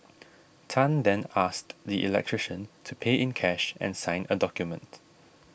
Tan then asked the electrician to pay in cash and sign a document